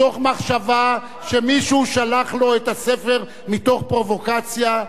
מתוך מחשבה שמישהו שלח לו את הספר מתוך פרובוקציה,